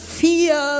fear